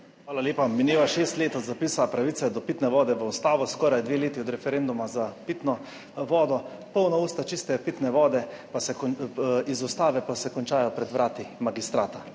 Hvala lepa. Mineva šest let od zapisa pravice do pitne vode v ustavo, skoraj dve leti od referenduma za pitno vodo. Polna usta čiste pitne vode iz ustave pa se končajo pred vrati Magistrata.